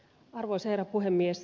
arvoisa herra puhemies